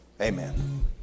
amen